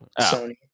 Sony